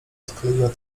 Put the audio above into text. odkleiła